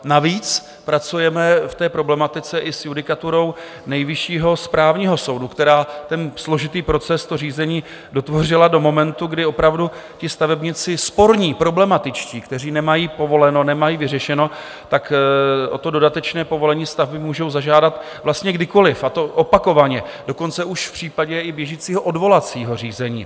Navíc pracujeme v té problematice i s judikaturou Nejvyššího správního soudu, která složitý proces, to řízení, dotvořila do momentu, kdy opravdu ti stavebníci, sporní, problematičtí, kteří nemají povoleno, nemají vyřešeno, o dodatečné povolení stavby můžou zažádat vlastně kdykoliv, a to opakovaně, dokonce už i v případě běžícího odvolacího řízení.